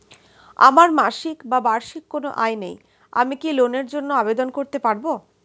আমার মাসিক বা বার্ষিক কোন আয় নেই আমি কি লোনের জন্য আবেদন করতে পারব?